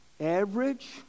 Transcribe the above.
average